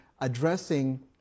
addressing